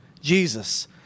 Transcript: Jesus